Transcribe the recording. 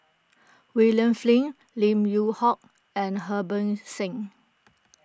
William Flint Lim Yew Hock and Harbans Singh